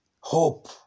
Hope